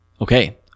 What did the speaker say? Okay